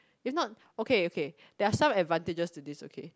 if not okay okay there are some advantages to this okay